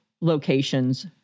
locations